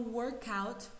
workout